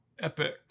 Epic